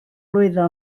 lwyddo